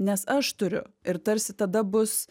nes aš turiu ir tarsi tada bus